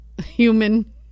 human